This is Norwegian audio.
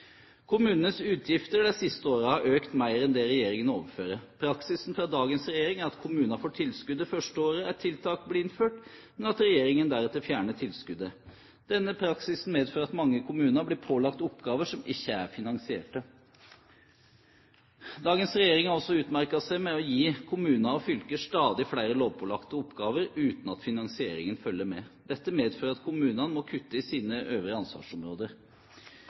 Kommunenes utgifter de siste årene har økt mer enn det regjeringen overfører. Praksisen fra dagens regjering er at kommuner får tilskudd det første året et tiltak blir innført, men at regjeringen deretter fjerner tilskuddet. Denne praksisen medfører at mange kommuner blir pålagt oppgaver som ikke er finansiert. Dagens regjering har også utmerket seg med å gi kommuner og fylker stadig flere lovpålagte oppgaver uten at finansieringen følger med. Dette medfører at kommunene må kutte i sine øvrige ansvarsområder.